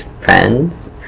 friends